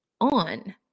On